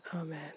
Amen